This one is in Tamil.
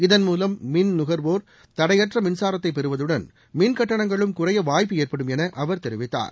இதன் மூலம் மின் நுகர்வோர் தடையற்ற மின்சாரத்தை பெறுவதுடன் மின் கட்டணங்களும் குறைய வாய்ப்பு ஏற்படும் என அவர் தெரிவித்தார்